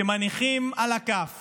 כשמניחים על הכף